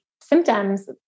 symptoms